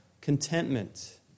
contentment